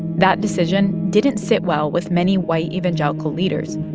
that decision didn't sit well with many white evangelical leaders,